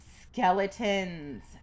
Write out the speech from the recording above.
Skeletons